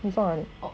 你放哪里